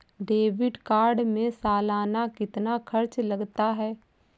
Debit card में सालाना कितना खर्च लगता है?